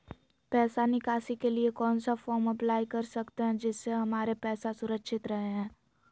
पैसा निकासी के लिए कौन सा फॉर्म अप्लाई कर सकते हैं जिससे हमारे पैसा सुरक्षित रहे हैं?